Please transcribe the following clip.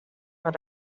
what